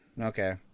okay